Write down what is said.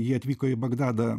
ji atvyko į bagdadą